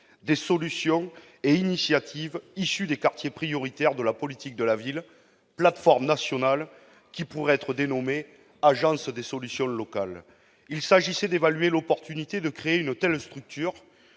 des solutions et initiatives issues des quartiers prioritaires de la politique de la ville. Selon nous, cette plateforme nationale pourrait être dénommée « agence des solutions locales ». Il s'agissait d'évaluer l'opportunité de créer une telle structure